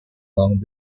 long